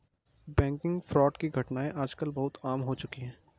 banking fraud की घटनाएं आज कल बहुत आम हो चुकी है